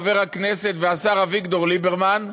חבר הכנסת והשר אביגדור ליברמן,